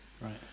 Right